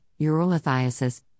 urolithiasis